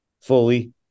fully